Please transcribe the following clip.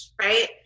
right